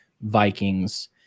Vikings